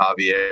Javier